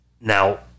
Now